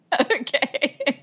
Okay